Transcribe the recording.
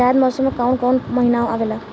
जायद मौसम में काउन काउन महीना आवेला?